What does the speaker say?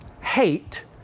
hate